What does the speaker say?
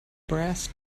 brass